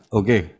okay